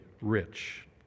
rich